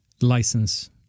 license